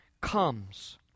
comes